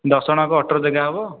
ଦଶ ଜଣ ଯାକ ଅଟୋରେ ଜାଗା ହେବ